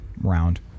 round